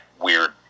weird